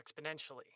exponentially